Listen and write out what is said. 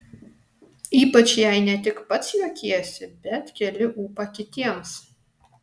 ypač jei ne tik pats juokiesi bet keli ūpą kitiems